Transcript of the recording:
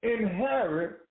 inherit